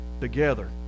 together